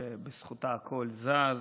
שבזכותה הכול זז.